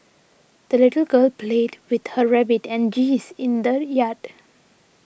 the little girl played with her rabbit and geese in the yard